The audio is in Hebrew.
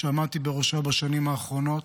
שעמדתי בראשה בשנים האחרונות.